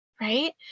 right